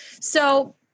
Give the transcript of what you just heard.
So-